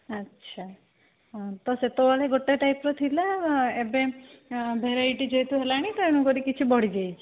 ଆଚ୍ଛା ହଁ ତ ସେତେବେଳେ ଗୋଟେ ଟାଇପ୍ର ଥିଲା ଏବେ ଭେରାଇଟି ଯେହେତୁ ହେଲାଣି ତେଣୁ କରିକି କିଛି ବଢ଼ିଯାଇଛି